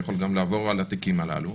אני יכול גם לעבור על התיקים הללו.